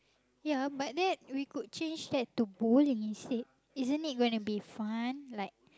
ya but that we could change that to bowling instead isn't it going to be fun like